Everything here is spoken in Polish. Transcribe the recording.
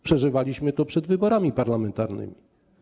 Przeżywaliśmy to przed wyborami parlamentarnymi.